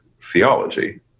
theology